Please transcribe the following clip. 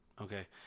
Okay